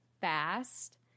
fast